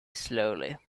slowly